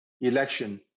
election